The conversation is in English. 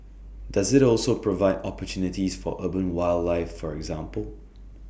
does IT also provide opportunities for urban wildlife for example